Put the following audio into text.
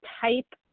type